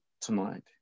tonight